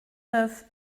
neuf